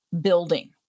building